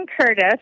Curtis